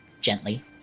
gently